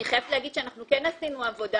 אני חייבת להגיד שאנחנו כן עשינו עבודה